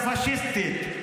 הפשיסטית,